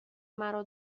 مرا